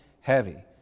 heavy